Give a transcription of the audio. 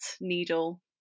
needle